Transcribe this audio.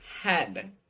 head